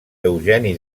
eugeni